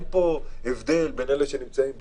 אין פה הבדל בין אלה שנמצאים בימין,